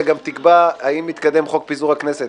גם תקבע האם מתקדם חוק פיזור הכנסת.